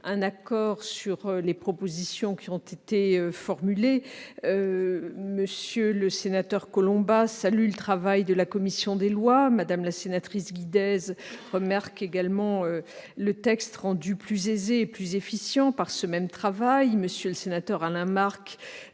un accord sur les propositions formulées. M. le sénateur Collombat a salué le travail de la commission des lois. Mme la sénatrice Guidez a remarqué que le texte a été rendu plus aisé et plus efficient par ce même travail. M. le sénateur Alain Marc